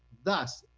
thus,